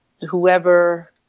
whoever